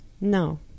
No